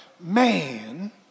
man